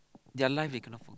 their life they cannot for